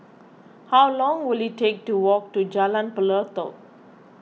how long will it take to walk to Jalan Pelatok